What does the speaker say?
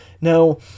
Now